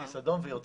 כרטיס אדום ויוצאים.